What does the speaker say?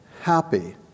happy